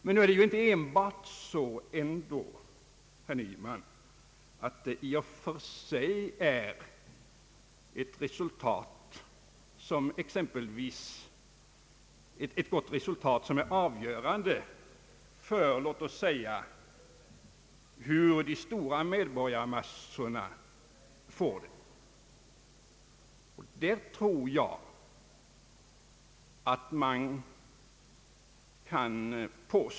Men nu är det ju inte enbart så, herr Nyman, att det i och för sig är ett gott resultat som är avgörande för låt säga hur de stora medborgargrupperna får det.